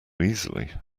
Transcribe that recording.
easily